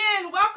welcome